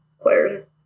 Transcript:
players